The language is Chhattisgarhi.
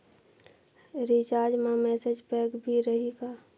रिचार्ज मा मैसेज पैक भी रही का?